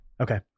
Okay